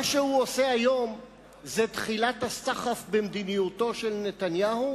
מה שהוא עושה היום זה תחילת הסחף במדיניותו של נתניהו,